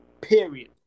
period